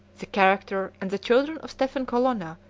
the character, and the children of stephen colonna,